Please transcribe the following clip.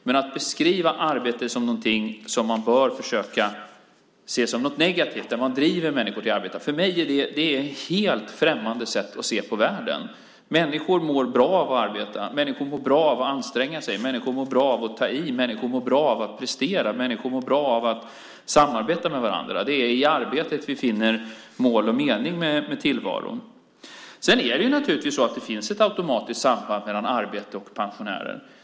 Men att beskriva arbete som någonting som man bör försöka se som något negativt, att människor drivs till att arbeta, är för mig ett helt främmande sätt att se på världen. Människor mår bra av att arbeta. Människor mår bra av att anstränga sig. Människor mår bra av att ta i. Människor mår bra av att prestera. Människor mår bra av att samarbeta med varandra. Det är i arbetet vi finner mål och mening med tillvaron. Sedan finns det naturligtvis ett automatiskt samband mellan arbete och pensionärer.